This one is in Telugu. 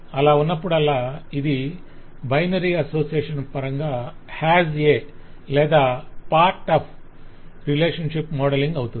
అలా ఉన్నప్పుడల్లా ఇది బైనరీ అసోసియేషన్ పరంగా 'HAS A' లేదా 'part of' రిలేషన్షిప్ మోడలింగ్ అవుతుంది